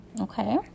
Okay